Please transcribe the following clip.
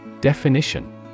Definition